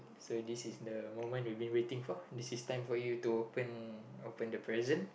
so this is the moment you've been waiting for this is time for you to open open the present